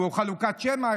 חלוקת שמע.